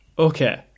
Okay